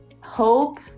Hope